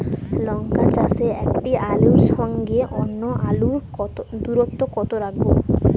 লঙ্কা চাষে একটি আলুর সঙ্গে অন্য আলুর দূরত্ব কত রাখবো?